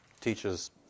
teaches